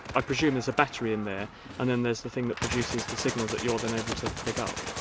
i presume there's a battery in there and then there's the thing that produces the signal that you're then able to pick up.